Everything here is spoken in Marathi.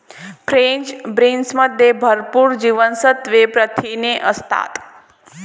फ्रेंच बीन्समध्ये भरपूर जीवनसत्त्वे, प्रथिने असतात